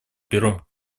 бюро